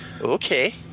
Okay